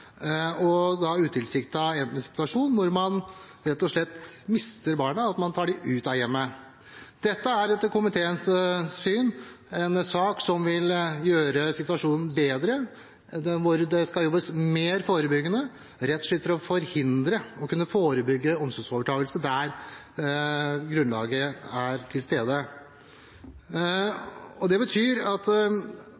man da utilsiktet har endt med en situasjon hvor man rett og slett mister barna, og at de tas ut av hjemmet. Dette er etter komiteens syn en sak som vil gjøre situasjonen bedre. Det skal jobbes mer forebyggende, rett og slett for å kunne forhindre og forebygge omsorgsovertagelse der grunnlaget er til stede. Det betyr at